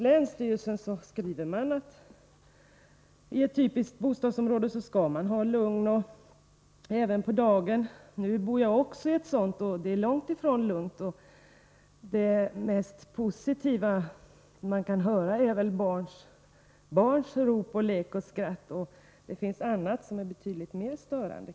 Länsstyrelsen skriver att i ett typiskt bostadsområde skall man ha lugn även på dagen. Själv bor jag också i ett sådant område, men det är långt ifrån lugnt. Det mest positiva som man kan höra är väl barns rop och lek och skratt, och det finns kanske annat som är betydligt mer störande.